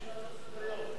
מי שינה את סדר-היום?